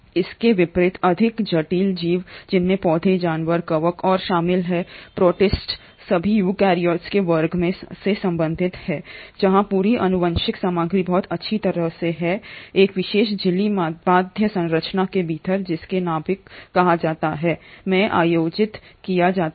इसके विपरीत अधिक जटिल जीव जिसमें पौधे जानवर कवक और शामिल हैं प्रोटिस्ट सभी यूकेरियोट्स के वर्ग से संबंधित हैं जहां पूरी आनुवंशिक सामग्री बहुत अच्छी तरह से है एक विशेष झिल्ली बाध्य संरचना के भीतर जिसे नाभिक कहा जाता है में आयोजित किया जाता है